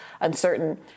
uncertain